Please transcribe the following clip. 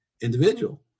individual